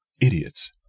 idiots